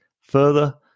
Further